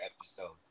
episode